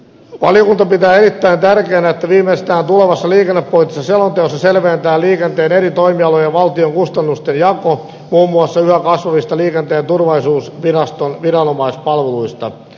valiokunta pitää erittäin tärkeänä että viimeistään tulevassa liikennepoliittisessa selonteossa selvennetään liikenteen eri toimialojen ja valtion kustannusten jako muun muassa yhä kasvavista liikenteen turvallisuusviraston viranomaispalveluista